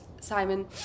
Simon